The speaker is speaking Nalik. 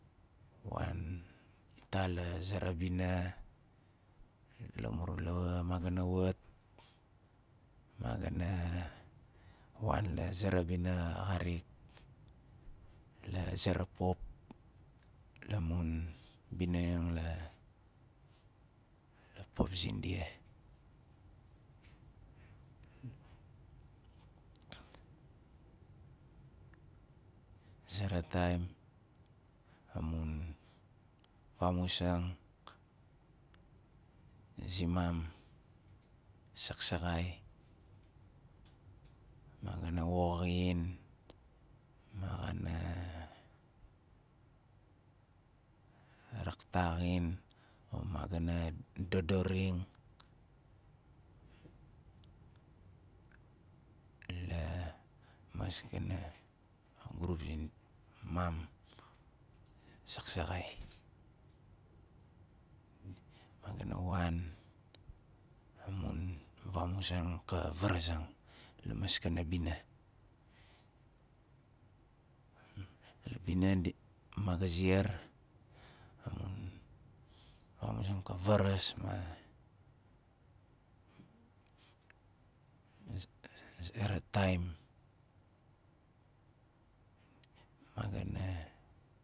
Wan ita la zera bina lamur lawa ma ga na wat ma ga na wan la zera bina xarik la zere pop la mun bina la la pop zindia a zera taim amun vamuzang zimam saksaakxai ma ga na woxin ma ga na raktakxin ma ga na dodoring la maskana grup zin- mam saksaakxai ma ga na wan la mun vamuzang ka varazang la maskana bina la bina di- ma ga ziar amun vamuzang ka varazang la maskana bina la bina di- ma ga ziar amun vamuzang ka varazang la ka varas ma a zera taim ma ga na